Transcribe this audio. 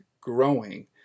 growing